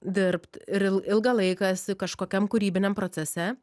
dirbt ir il ilgą laiką esi kažkokiam kūrybiniam procese